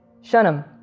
Shunem